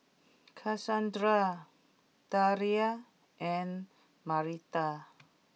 Cassondra Delia and Marita